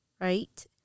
right